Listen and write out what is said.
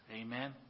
Amen